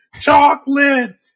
chocolate